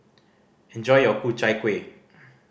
enjoy your Ku Chai Kueh